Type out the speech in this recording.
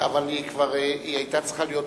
אבל היא היתה צריכה להיות בזמן,